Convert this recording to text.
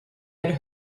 had